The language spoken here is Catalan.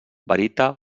barita